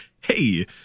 hey